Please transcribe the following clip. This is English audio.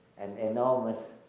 an enormous